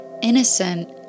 innocent